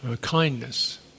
kindness